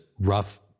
rough